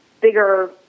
bigger